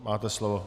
Máte slovo.